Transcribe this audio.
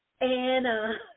Anna